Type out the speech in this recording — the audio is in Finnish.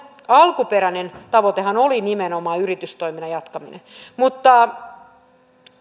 alkuperäinen tavoitehan oli nimenomaan yritystoiminnan jatkaminen mutta